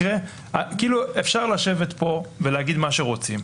אפשר לשבת פה ולהגיד מה שרוצים.